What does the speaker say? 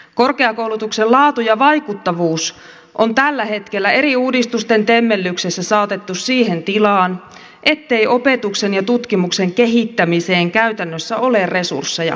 korkeakoulutuksen laatu ja vaikuttavuus on tällä hetkellä eri uudistusten temmellyksessä saatettu siihen tilaan ettei opetuksen ja tutkimuksen kehittämiseen käytännössä ole resursseja korkeakouluissa